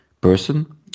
person